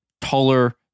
taller